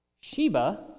Sheba